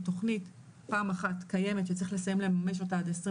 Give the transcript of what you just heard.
היא תוכנית פעם אחת קיימת שצריך לסיים לממש אותה עד 2022,